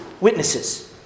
witnesses